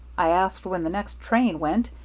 i asked when the next train went,